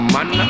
Man